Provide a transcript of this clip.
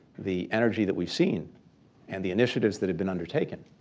the energy that we've seen and the initiatives that have been undertaken,